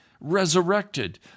resurrected